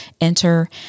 enter